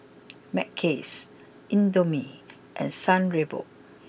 Mackays Indomie and San Remo